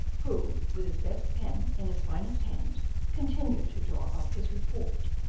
who with his best pen in his finest hand continued to draw up his report.